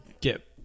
get